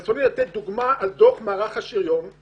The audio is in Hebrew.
ברצוני לתת לדוגמה את דוח מערך השריון על